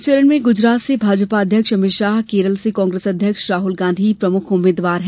इस चरण में गुजरात से भाजपा अध्यक्ष अमित शाह केरल से कांग्रेस अध्यक्ष राहुल गांधी प्रमुख उम्मीदवार हैं